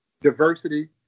diversity